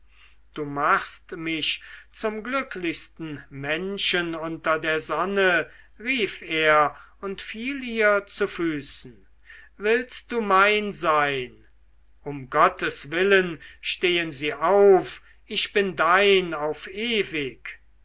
du machst mich zum glücklichsten menschen unter der sonne rief er aus und fiel ihr zu füßen willst du mein sein um gottes willen stehen sie auf ich bin dein auf ewig